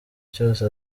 cyose